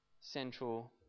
central